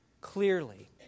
clearly